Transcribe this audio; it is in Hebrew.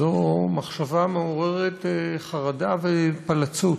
זו מחשבה מעוררת חרדה ופלצות,